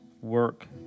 work